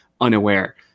unaware